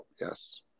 yes